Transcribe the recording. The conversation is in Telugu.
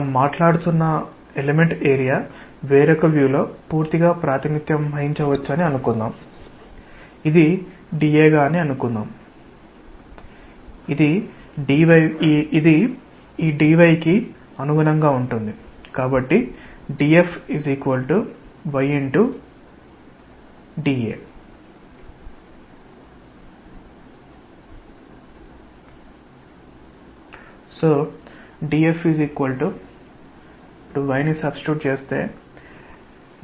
మనం మాట్లాడుతున్న ఎలెమెంటల్ ఏరియా వేరొక వ్యూ లో పూర్తిగా ప్రాతినిధ్యం వహించవచ్చని అనుకుందాం ఇది dA గా అనుకుందాం